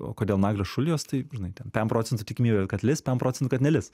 o kodėl naglio šulijos taip žinai ten pem procentų tikimybė kad lis pem procentų kad nelis